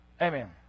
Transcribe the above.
Amen